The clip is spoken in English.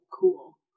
cool